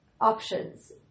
options